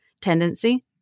tendency